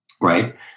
right